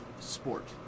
sport